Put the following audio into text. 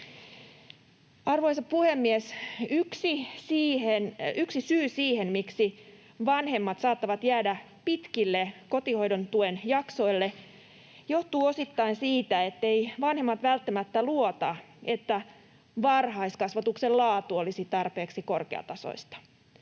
Arvoisa puhemies! Yksi syy siihen, miksi vanhemmat saattavat jäädä pitkille kotihoidon tuen jaksoille, on osittain siinä, etteivät vanhemmat välttämättä luota, että varhaiskasvatuksen laatu olisi tarpeeksi korkeatasoista.